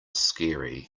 scary